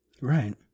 right